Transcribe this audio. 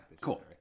cool